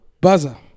buzzer